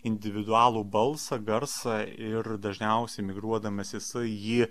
individualų balsą garsą ir dažniausiai migruodamas jisai jį